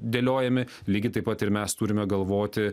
dėliojami lygiai taip pat ir mes turime galvoti